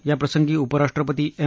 याप्रसंगी उपराष्ट्रपती एम